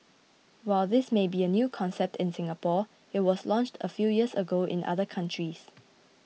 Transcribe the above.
while this may be a new concept in Singapore it was launched a few years ago in other countries